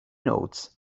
notes